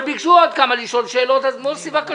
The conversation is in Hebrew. אבל עוד כמה ביקשו לשאול שאלות, מוסי, בבקשה.